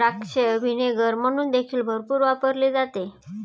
द्राक्ष व्हिनेगर म्हणून देखील भरपूर वापरले जाते